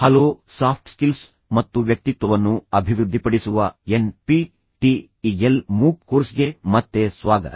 hello soft skills ಮತ್ತು ವ್ಯಕ್ತಿತ್ವವನ್ನು ಅಭಿವೃದ್ಧಿಪಡಿಸುವ N P T E L MOOC ಕೋರ್ಸ್ಗೆ ಮತ್ತೆ ಸ್ವಾಗತ